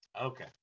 Okay